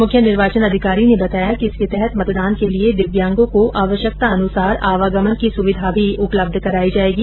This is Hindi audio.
मुख्य निर्वाचन अधिकारी ने बताया कि इसके तहत मतदान के लिये दिव्यांगों को आवश्यकतानुसार आवागमन की सुविधा भी उपलब्ध कराई जायेगी